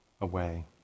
away